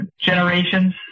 generations